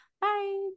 Bye